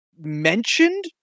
mentioned